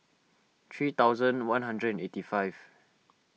three thousand one hundred and eighty five